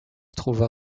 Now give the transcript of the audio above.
trouva